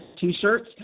t-shirts